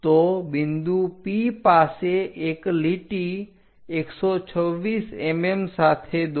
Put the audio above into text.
તો બિંદુ P પાસે એક લીટી 126 mm સાથે દોરો